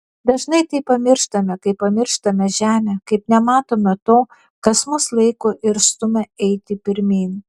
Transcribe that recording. dažnai tai pamirštame kaip pamirštame žemę kaip nematome to kas mus laiko ir stumia eiti pirmyn